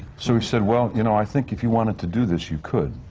so he said, well, you know, i think if you wanted to do this, you could.